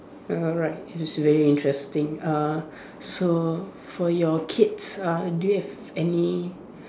alright that's very interesting uh so for your kids uh do you have any